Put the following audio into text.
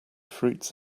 fruits